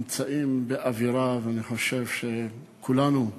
נמצאים באווירה, ואני חושב שכולנו מנחמים,